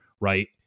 right